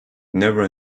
never